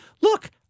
Look